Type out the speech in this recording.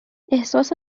احساس